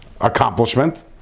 accomplishment